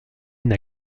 une